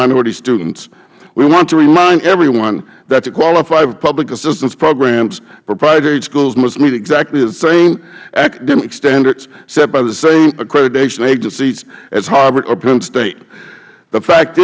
minority students we want to remind everyone that to qualify to public assistance programs proprietary schools must meet exactly the same academic standards set by the same accreditation agencies as harvard or penn state the fact